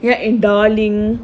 ya and darling